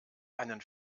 einen